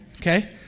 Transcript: Okay